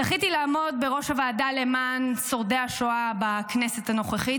זכיתי לעמוד בראש הוועדה למען שורדי השואה בכנסת הנוכחית,